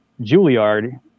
Juilliard